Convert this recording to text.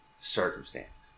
circumstances